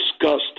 disgusting